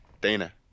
Dana